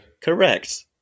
correct